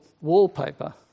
wallpaper